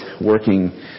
working